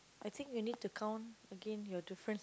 I think you need to count again your difference